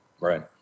Right